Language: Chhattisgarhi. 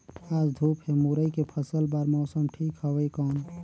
आज धूप हे मुरई के फसल बार मौसम ठीक हवय कौन?